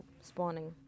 spawning